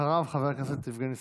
אחריו חבר הכנסת יבגני סובה.